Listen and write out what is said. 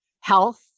health